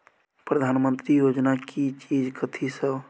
प्रधानमंत्री योजना की चीज कथि सब?